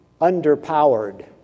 underpowered